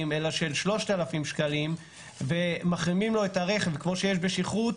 אלא של 3,000 שקלים ומחרימים לו את הרכב כפי שיש בשכרות,